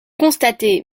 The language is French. constatez